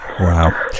Wow